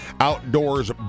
outdoors